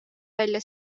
välja